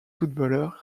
footballeur